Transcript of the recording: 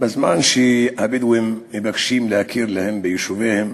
בזמן שהבדואים מבקשים שיכירו ביישוביהם,